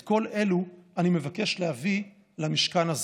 את כל אלו אני מבקש להביא למשכן הזה.